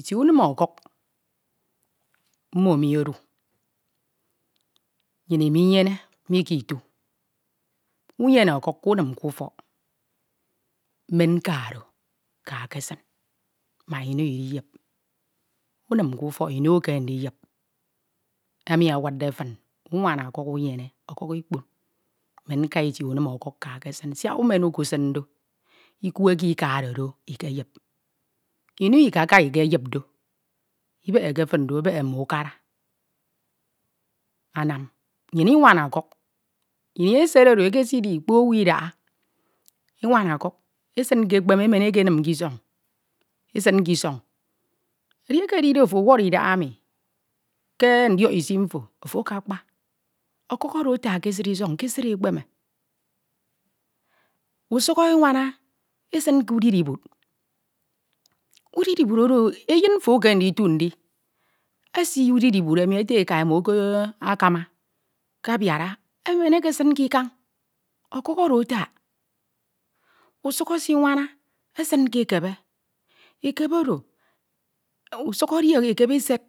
Itie unim ọkuk nnyin iminyene mi ke itu, unyene ọkuk kunim ke ufọk, men ka do ka kesin mak ikpo idiyip. Unim kifok ino ekeme ndiyip, emi awudde fin unwana ọkuk unyene ikpon, men kq itie unim ọkuk kakesin, umen ukesin do ikwe eke ikade ikeyip, ino ikaka ikuyip do, ibekheke fin do, ebekhe mme ukara, anam nnyin inwana ọkuk, ini esed oro ekesidi ikpo owu idaha, inwana okuk emen ekesin ke ekpeme emen ekenim ke isọñ, esin ke isọñ. Edieke edide ofo ọwọrọ idahami ke ndiok isi mfo, ofo akakpa, ọkuk oro atak ke esid isọñ ke esid ekpeme, usuk enwana esin ke udiri ibud, udiri ibud oro, eyin mfo ekeme nditu ndi esi udiri ibud emi ete eka emo akakama esi udiri ibud emi emen ekesṁ kikañ, ọkuk oro atak, usuk esinwana esin ke ekebe, ekebe oro ek usuk edi ekebe esed,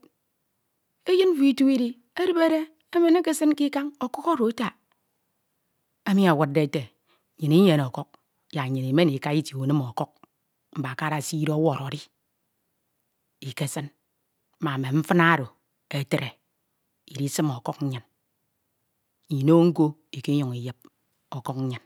eyin mfo itu idi edimere emen ekesin kikañ. Ọkuk oro atak, emi awudde nnyin inyene ọkuk yak nnyin imek ika itie unim ọkuk inbakara eside oworo edi ikesin, mak mfana oro itre idisim ọkuk nnyin, iwo nko ikinyuñ iyip ọkuk nnyin